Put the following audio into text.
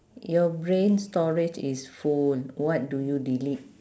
your brain storage is full what do you delete